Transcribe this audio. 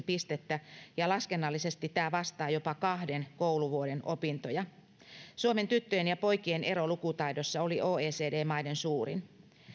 pistettä ja laskennallisesti tämä vastaa jopa kahden kouluvuoden opintoja suomen tyttöjen ja poikien ero lukutaidossa oli oecd maiden suurin